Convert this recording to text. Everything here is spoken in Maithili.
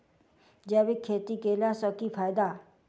जैविक खेती केला सऽ की फायदा?